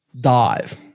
dive